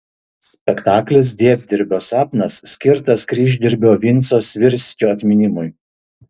spektaklis dievdirbio sapnas skirtas kryždirbio vinco svirskio atminimui